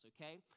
okay